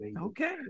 Okay